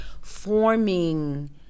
forming